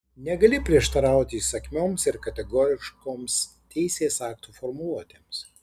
negali prieštarauti įsakmioms ir kategoriškoms teisės aktų formuluotėms